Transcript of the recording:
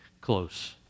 close